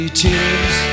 tears